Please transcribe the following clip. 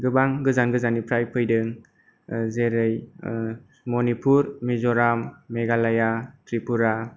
गोबां गोजान गोजाननिफ्राय फैदों जेरै मनिपुर मिजराम मेघालाया ट्रिपुरा